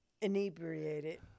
inebriated